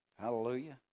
hallelujah